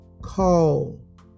Call